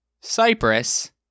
Cyprus